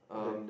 then